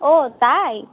ওহ তাই